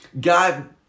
God